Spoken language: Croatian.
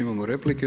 Imao replike.